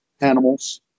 animals